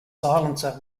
silencer